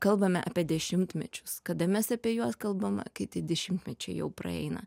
kalbame apie dešimtmečius kada mes apie juos kalbame kai tie dešimtmečiai jau praeina